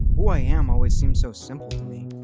who i am always seems so simple